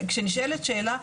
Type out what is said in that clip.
כשנשאלת שאלה,